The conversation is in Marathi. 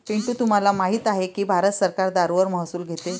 पिंटू तुम्हाला माहित आहे की भारत सरकार दारूवर महसूल घेते